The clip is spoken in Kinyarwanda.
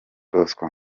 bosco